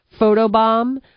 Photobomb